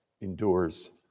endures